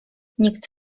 nikt